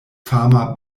fama